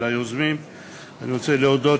אני רוצה להודות